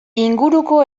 inguruko